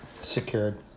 Secured